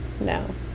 no